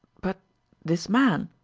but this man?